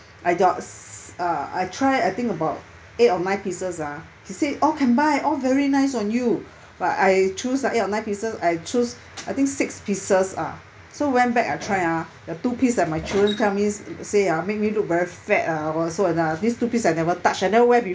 I chose uh I try I think about eight or nine pieces ah she say all can buy all very nice on you but I choose eight or nine pieces I choose I think six pieces ah so went back I try ah the two piece that my children tell me say ah make me look very fat ah so end up this two piece I never touch and never wear before